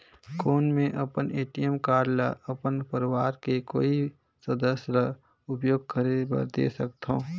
कौन मैं अपन ए.टी.एम कारड ल अपन परवार के कोई सदस्य ल उपयोग करे बर दे सकथव?